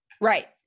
Right